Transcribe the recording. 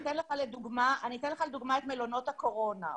אני אתן לך לדוגמה את מלונות הקורונה.